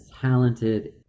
talented